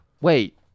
Wait